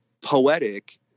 poetic